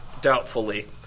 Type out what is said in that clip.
doubtfully